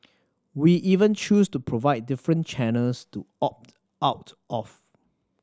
we even choose to provide different channels to opt out of